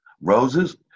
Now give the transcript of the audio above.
Roses